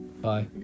Bye